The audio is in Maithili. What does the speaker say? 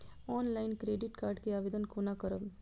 ऑनलाईन क्रेडिट कार्ड के आवेदन कोना करब?